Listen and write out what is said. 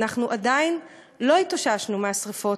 עדיין לא התאוששנו מהשרפות,